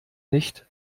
nicht